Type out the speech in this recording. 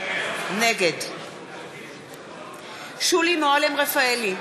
נגד שולי מועלם-רפאלי,